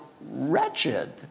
wretched